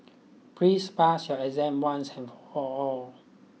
please pass your exam once and for all